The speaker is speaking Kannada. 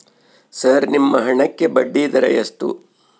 ಸರ್ ನಿಮ್ಮ ಹಣಕ್ಕೆ ಬಡ್ಡಿದರ ಎಷ್ಟು?